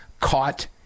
caught